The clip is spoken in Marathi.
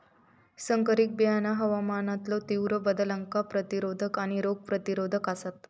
संकरित बियाणा हवामानातलो तीव्र बदलांका प्रतिरोधक आणि रोग प्रतिरोधक आसात